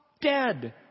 dead